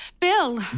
Bill